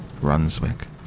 Runswick